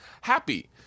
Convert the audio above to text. happy